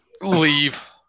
Leave